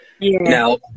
Now